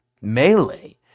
melee